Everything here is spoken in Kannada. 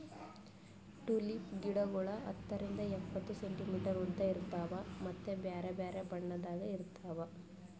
ಟುಲಿಪ್ ಗಿಡಗೊಳ್ ಹತ್ತರಿಂದ್ ಎಪ್ಪತ್ತು ಸೆಂಟಿಮೀಟರ್ ಉದ್ದ ಇರ್ತಾವ್ ಮತ್ತ ಬ್ಯಾರೆ ಬ್ಯಾರೆ ಬಣ್ಣದಾಗ್ ಇರ್ತಾವ್